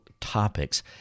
topics